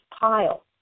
pile